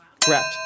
Correct